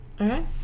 Okay